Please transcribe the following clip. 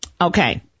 Okay